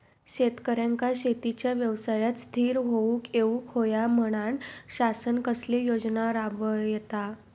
शेतकऱ्यांका शेतीच्या व्यवसायात स्थिर होवुक येऊक होया म्हणान शासन कसले योजना राबयता?